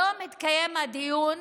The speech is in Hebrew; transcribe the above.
היום התקיים הדיון,